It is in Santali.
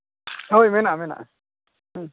ᱦᱳᱭ ᱢᱮᱱᱟᱜᱼᱟ ᱢᱮᱱᱟᱜᱼᱟ ᱦᱮᱸ